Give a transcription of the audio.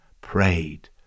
prayed